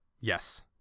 Yes